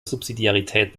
subsidiarität